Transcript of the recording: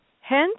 Hence